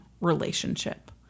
relationship